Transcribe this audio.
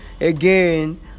Again